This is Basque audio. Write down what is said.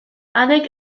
anek